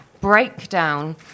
breakdown